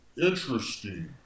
Interesting